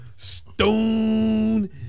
Stone